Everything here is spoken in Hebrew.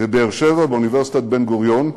בבאר-שבע, באוניברסיטת בן-גוריון,